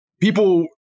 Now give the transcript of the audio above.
people